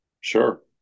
Sure